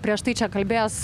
prieš tai čia kalbėjęs